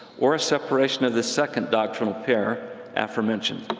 or a separation of the second doctrinal pair aforementioned.